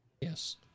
Yes